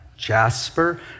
jasper